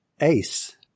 Ace